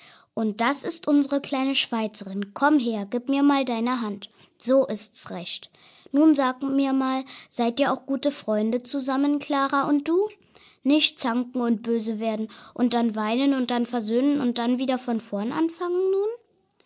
und das ist unsre kleine schweizerin komm her gib mir mal eine hand so ist's recht nun sag mir mal seid ihr auch gute freunde zusammen klara und du nicht zanken und böse werden und dann weinen und dann versöhnen und dann wieder von vorn anfangen nun